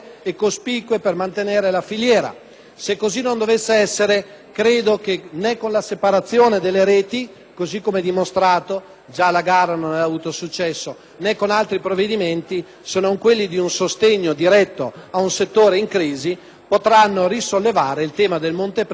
Se così non dovesse essere, credo che né con la separazione delle reti, così come dimostrato (già la gara non aveva avuto successo), né con altri provvedimenti, se non quelli di un sostegno diretto a un settore in crisi, si potrà risolvere il problema del montepremi e della raccolta delle scommesse.